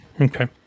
Okay